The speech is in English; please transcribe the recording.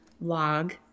log